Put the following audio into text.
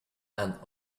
and